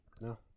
No